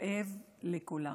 כואב לכולם.